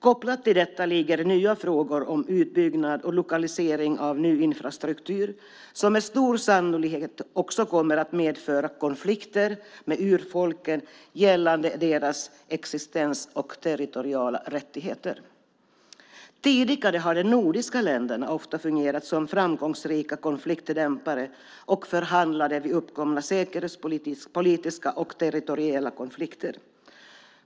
Kopplat till detta ligger nya frågor om utbyggnad och lokalisering av ny infrastruktur som med stor sannolikhet också kommer att medföra konflikter med urfolken gällande deras existens och territoriella rättigheter. Tidigare har de nordiska länderna ofta fungerat som framgångsrika konfliktdämpare och förhandlare vid uppkomna säkerhetspolitiska och territoriella konflikter.